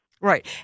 right